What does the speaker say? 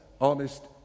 honest